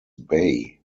bay